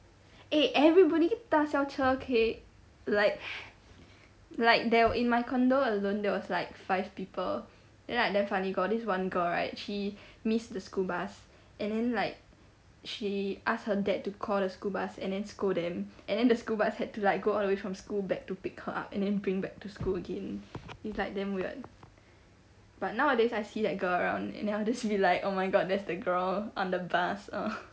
eh everybody 搭校车 okay like like there in my condo alone there was like five people then like damn funny got this one girl right she missed the school bus and then like she asked her dad to call the school bus and then scold them and then the school bus had to like go all the way from school back to pick her up and then bring back to school again it's like damn weird but nowadays I see that girl around and then I'll just be like oh my god that's the girl on the bus ugh